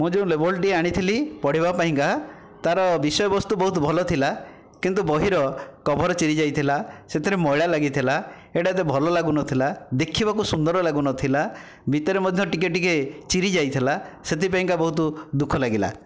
ମୁଁ ଯେଉଁ ନୋବେଲଟି ଆଣିଥିଲି ପଢ଼ିବା ପାଇଁକା ତାର ବିଷୟ ବସ୍ତୁ ବହୁତ ଭଲ ଥିଲା କିନ୍ତୁ ବହିର କଭର୍ ଚିରି ଯାଇଥିଲା ସେଥିରେ ମଇଳା ଲାଗିଥିଲା ଏଇଟା ଏତେ ଭଲ ଲାଗୁନଥିଲା ଦେଖିବାକୁ ସୁନ୍ଦର ଲାଗୁନଥିଲା ଭିତରେ ମଧ୍ୟ ଟିକିଏ ଟିକିଏ ଚିରି ଯାଇଥିଲା ସେଥିପାଇଁକା ବହୁତ ଦୁଃଖ ଲାଗିଲା